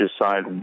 decide